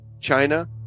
China